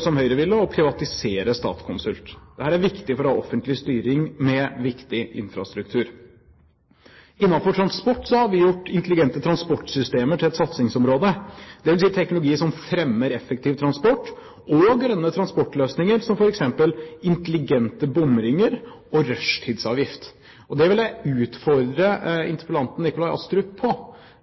som Høyre ville, å privatisere Statskonsult. Dette er viktig for å ha offentlig styring med viktig infrastruktur. Innenfor transport har vi gjort intelligente transportsystemer til et satsingsområde, dvs. teknologi som fremmer effektiv transport og grønne transportløsninger som f.eks. intelligente bomringer og rushtidsavgift. Det vil jeg utfordre interpellanten Nikolai Astrup på.